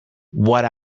what